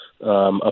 Up